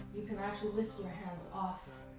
you can actually lift your hands off